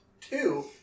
two